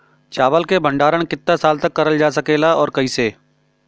चावल क भण्डारण कितना साल तक करल जा सकेला और कइसे?